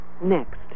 Next